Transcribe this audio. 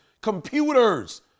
Computers